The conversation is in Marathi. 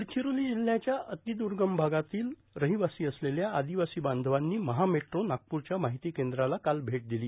गडचिरोली जिल्ह्याच्या अतिद्वर्गम भागातील रहिवासी असलेल्या आदिवासी बांधवानी महा मेट्रो नागपूरच्या माहिती केंद्राला काल भेट दिली